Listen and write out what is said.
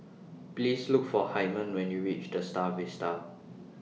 Please Look For Hymen when YOU REACH The STAR Vista